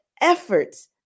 efforts